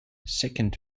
second